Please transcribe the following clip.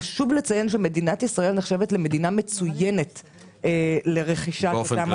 חשוב לציין שמדינת ישראל נחשבת כמדינה מצוינת לרכישת אותם התבלינים.